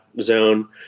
zone